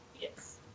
Yes